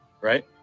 right